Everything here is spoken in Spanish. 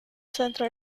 centro